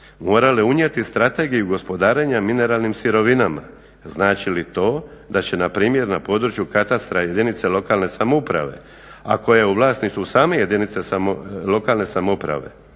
morale unijeti Strategiju gospodarenja mineralnim sirovinama. Znači li to da će na primjer na području katastra jedinice lokalne samouprave, a koja je u vlasništvu same jedinice lokalne samouprave